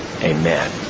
Amen